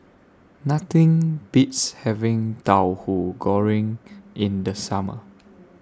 Nothing Beats having Tauhu Goreng in The Summer